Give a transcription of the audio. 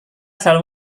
selalu